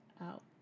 out